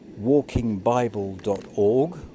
walkingbible.org